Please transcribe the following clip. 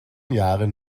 jahren